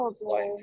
life